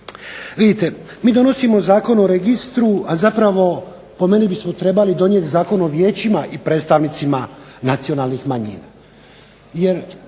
Vidite, mi donosimo Zakon o registru, a zapravo po meni bismo trebali donijeti Zakon o vijećima i predstavnicima nacionalnih manjina.